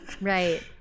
right